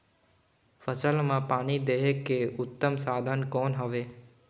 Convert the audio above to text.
फसल मां पानी देहे के उत्तम साधन कौन हवे?